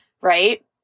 right